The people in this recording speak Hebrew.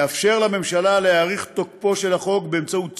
מאפשר לממשלה להאריך את תוקפו של החוק באמצעות צו,